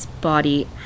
body